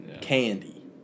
Candy